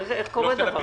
איך קורה דבר כזה?